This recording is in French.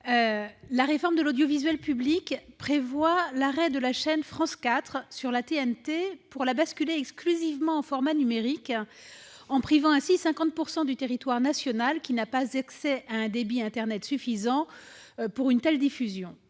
La réforme de l'audiovisuel public prévoit l'arrêt de la chaîne France 4 sur la TNT, pour la basculer exclusivement en format numérique, en privant ainsi 50 % du territoire national, qui n'a pas accès à un débit internet suffisant pour une telle diffusion.